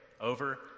over